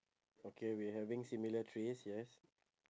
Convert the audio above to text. okay we having similar trees yes